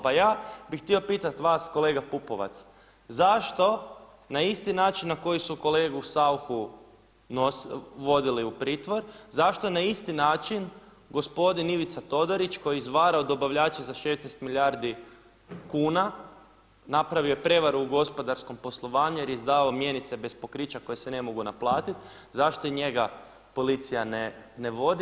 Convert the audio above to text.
Pa ja bih htio pitati vas kolega Pupovac, zašto na isti način na koji su kolegu Sauchu vodili u pritvor, zašto na isti način gospodin Ivica Todorić koji je izvarao dobavljače za 16 milijardi kuna, napravio je prijevaru u gospodarskom poslovanju jer je izdavao mjenice bez pokrića koje se ne mogu naplatiti, zašto i njega policija ne vodi?